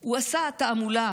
הוא עשה תעמולה